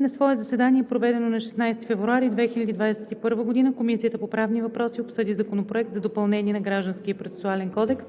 На свое заседание, проведено на 16 февруари 2021 г., Комисията по правни въпроси обсъди Законопроект за допълнение на Гражданския процесуален кодекс,